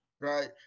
right